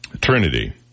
Trinity